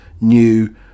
new